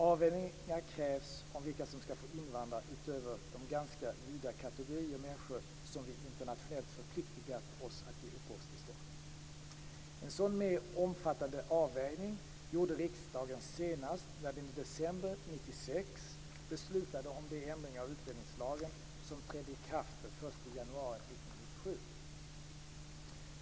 Avvägningar krävs när det gäller vilka som skall få invandra utöver de ganska vida kategorier människor som vi internationellt förpliktat oss att ge uppehållstillstånd. En sådan mer omfattande avvägning gjorde riksdagen senast när den i december 1996 beslutade om de ändringar av utlänningslagen som trädde i kraft den 1 januari 1997.